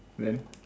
then